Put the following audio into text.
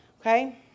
Okay